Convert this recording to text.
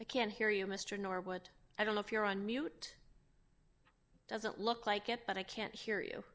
i can hear you mr norwood i don't know if you're on mute doesn't look like it but i can't hear you